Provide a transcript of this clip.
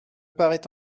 paraît